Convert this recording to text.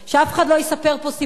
שאף אחד לא יספר פה סיפורים.